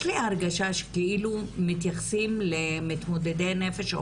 יש לי הרגשה שכאילו מתייחסים למתמודדי נפש,